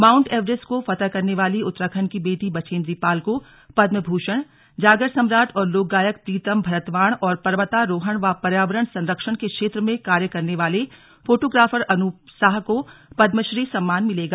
mount Everest को फतह करने वाली उत्तराखंड की बेटी बछेंद्री पाल को पद्मभूषण जागर सम्राट और लोकगायक प्रीतम भरतवाण और पर्वतारोहण व पर्यावरण संरक्षण के क्षेत्र में कार्य करने वाले फोटोग्राफर अनूप साह को पदमश्री सम्मान मिलेगा